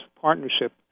partnership